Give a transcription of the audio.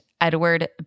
Edward